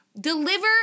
Deliver